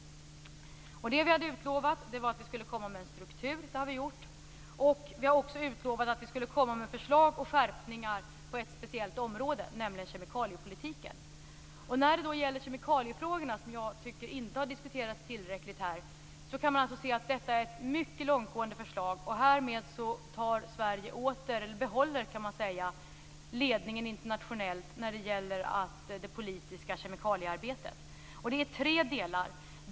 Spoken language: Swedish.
Det som vi hade utlovat var att komma med en struktur, och det har vi gjort. Vi har också utlovat att komma med förslag till skärpningar på ett speciellt område, nämligen kemikaliepolitiken. I kemikaliefrågorna, som jag tycker inte har diskuterats tillräckligt här, läggs det fram ett mycket långtgående förslag. Härigenom behåller Sverige ledningen internationellt i det politiska kemikaliearbetet. Förslaget har tre delar.